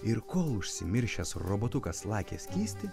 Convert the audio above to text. ir kol užsimiršęs robotukas lakė skystį